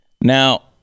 Now